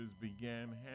began